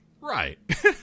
Right